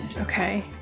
okay